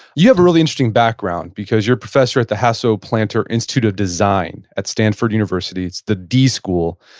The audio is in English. you have a really interesting background, because you're a professor at the hasso plattner institute of design at stanford university. it's the d school.